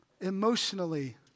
emotionally